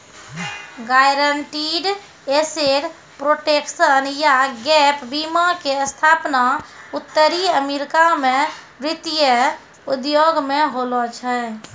guaranteed asset protection या gap बीमा के स्थापना उत्तरी अमेरिका मे वित्तीय उद्योग मे होलो छलै